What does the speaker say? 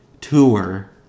tour